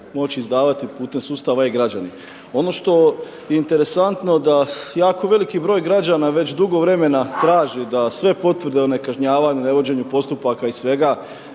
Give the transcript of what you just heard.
moći izdavati putem sustava e-Građani. Ono što je interesantno da jako veliki broj građana već dugo vremena traži da sve potvrde o nekažnjavanju, nevođenju postupaka i svega